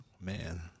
Man